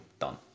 done